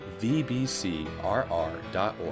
vbcrr.org